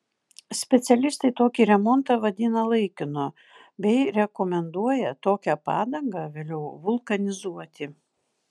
specialistai tokį remontą vadina laikinu bei rekomenduoja tokią padangą vėliau vulkanizuoti